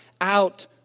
out